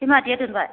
बे मादैया दोनबाय